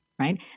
right